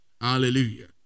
Hallelujah